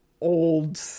old